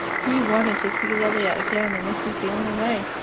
he wanted to see lilia again, and this was the only way.